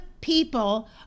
people